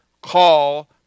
call